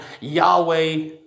Yahweh